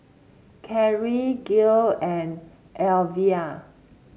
Carri Gayle and Elvia